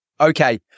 Okay